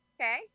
okay